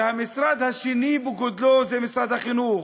המשרד השני בגודלו זה משרד החינוך.